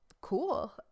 cool